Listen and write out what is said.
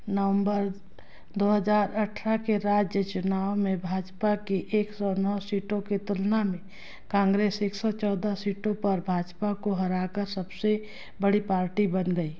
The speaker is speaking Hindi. नवम्बर दो हज़ार अठारह के राज्य चुनावों में भाजपा की एक सौ नो सीटों की तुलना में कांग्रेस एक सौ चौदह सीटों पर भाजपा को हराकर सबसे बड़ी पार्टी बन गई